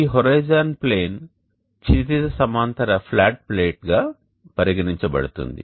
ఈ horizon plane క్షితిజ సమాంతర ఫ్లాట్ ప్లేట్గా పరిగణించబడుతుంది